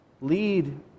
Lead